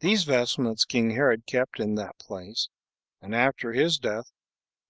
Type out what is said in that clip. these vestments king herod kept in that place and after his death